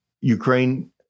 Ukraine